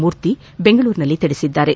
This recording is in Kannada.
ಮೂರ್ತಿ ಬೆಂಗಳೂರಿನಲ್ಲಿ ತಿಳಿಸಿದ್ದಾರೆ